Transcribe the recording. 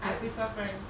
I prefer friends